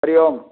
हरिः ओम्